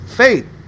faith